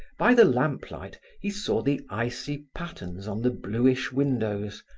by the lamp light, he saw the icy patterns on the bluish windows,